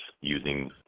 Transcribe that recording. using